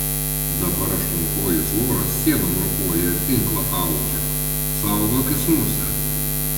dabar aštuonkojis voras sienom ropoja ir tinklą audžia saugokis muse